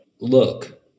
look